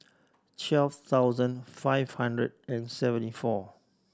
twelve thousand five hundred and seventy four